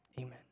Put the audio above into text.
Amen